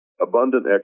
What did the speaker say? abundant